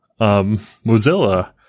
Mozilla